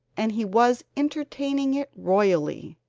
and he was entertaining it royally.